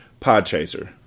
Podchaser